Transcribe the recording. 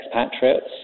expatriates